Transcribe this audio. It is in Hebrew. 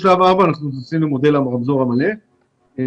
משלב 4 אנחנו נכנסים למודל הרמזור המלא כי